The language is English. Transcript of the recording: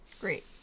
Great